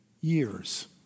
years